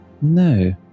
No